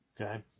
okay